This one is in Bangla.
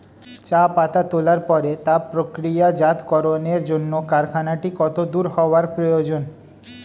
চা পাতা তোলার পরে তা প্রক্রিয়াজাতকরণের জন্য কারখানাটি কত দূর হওয়ার প্রয়োজন?